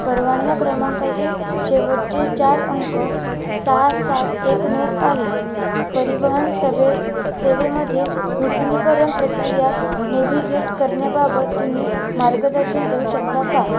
परवाना क्रमांकाचे शेवटचे चार अंक सहा सात एक नऊ आहेत परिवहन सवे सेवेमध्ये नूतनीकरण प्रक्रिया नेव्हिगेट करण्याबाबत तुम्ही मार्गदर्शन देऊ शकता का